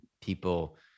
people